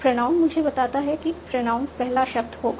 pronoun मुझे बताता है कि प्रोनाउन पहला शब्द होगा